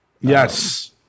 yes